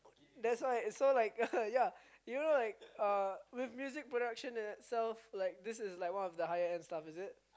that's why it's so like ya you know like uh with music production in itself like this is like one of the higher end stuff is it